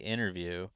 Interview